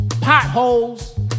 potholes